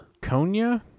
Konya